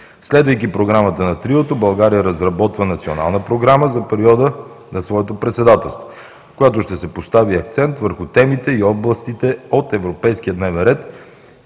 Следвайки програмата на триото, България разработва национална програма за периода на своето председателство, в която ще се постави акцент върху темите и областите от европейския дневен